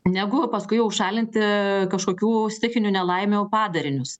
negu paskui jau šalinti kažkokių stichinių nelaimių padarinius